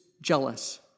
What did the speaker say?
jealous